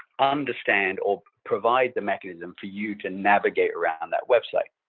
understand or provide the mechanism for you to navigate around that website.